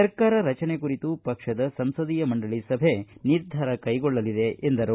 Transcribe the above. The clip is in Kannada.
ಸರ್ಕಾರ ರಚನೆ ಕುರಿತು ಪಕ್ಷದ ಸಂಸದೀಯ ಮಂಡಳಿ ಸಭೆ ನಿರ್ಧಾರ ಕೈಗೊಳ್ಳಲಿದೆ ಎಂದರು